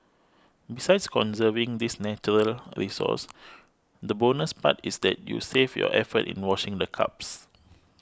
besides conserving this natural resource the bonus part is that you save your effort in washing the cups